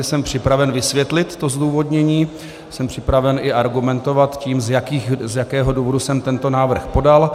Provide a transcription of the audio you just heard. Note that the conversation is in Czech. Jsem připraven vysvětlit zdůvodnění, jsem připraven i argumentovat tím, z jakého důvodu jsem tento návrh podal.